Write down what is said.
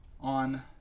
on